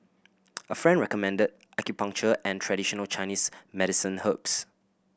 a friend recommended acupuncture and traditional Chinese medicine herbs